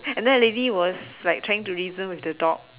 and then the lady was like trying to reason with the dog